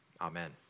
Amen